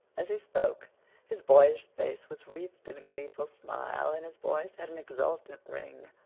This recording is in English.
as he spoke his boyish face was wreathed in a gleeful smile, and his voice had an exultant ring.